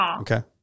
Okay